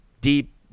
deep